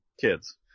kids